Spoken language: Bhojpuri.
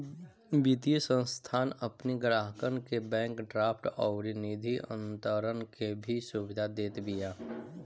वित्तीय संस्थान अपनी ग्राहकन के बैंक ड्राफ्ट अउरी निधि अंतरण के भी सुविधा देत बिया